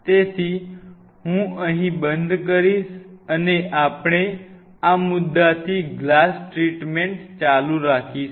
તેથી હું અહીં બંધ કરીશ અને આપણે આ મુદ્દાથી ગ્લાસ ટ્રીટમેન્ટ ચાલુ રાખીશું